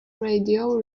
radio